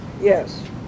Yes